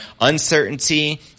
uncertainty